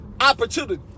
opportunity